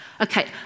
Okay